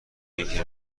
اینکه